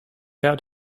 out